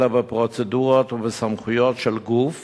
אלא בפרוצדורות ובסמכויות של גוף